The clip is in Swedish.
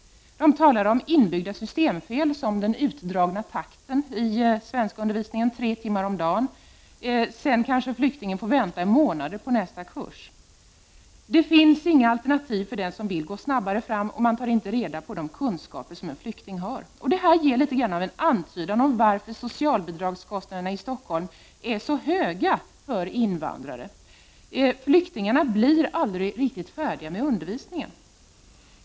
De talar om inbyggda systemfel såsom den utdragna takten i svenskundervisningen. Undervisning ges tre timmar om dagen. Därefter får flyktingen vänta kanske månader på nästa kurs. Det finns inga alternativ för den som vill gå snabbare fram, och man tar inte reda på vilka kunskaper en flykting har. Detta ger en antydan till förklaring till att socialbidragskostnaderna för invandrare i Stockholm är så höga. Flyktingarna blir aldrig riktigt färdiga med undervisningen.